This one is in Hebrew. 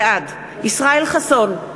בעד ישראל חסון,